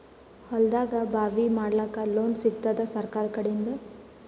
ಹೊಲದಾಗಬಾವಿ ಮಾಡಲಾಕ ಲೋನ್ ಸಿಗತ್ತಾದ ಸರ್ಕಾರಕಡಿಂದ?